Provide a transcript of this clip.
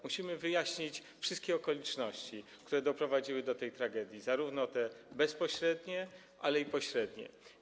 Musimy wyjaśnić wszystkie okoliczności, które doprowadziły do tej tragedii, zarówno bezpośrednie, jak i pośrednie.